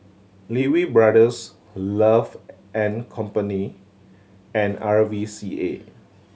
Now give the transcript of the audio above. Lee Wee Brothers Love and Company and R V C A